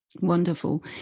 wonderful